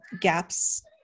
gaps